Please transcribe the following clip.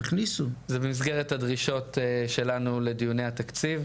זה במסגרת הדרישות שלנו לדיוני התקציב.